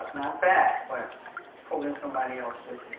not back, but pulling somebody else with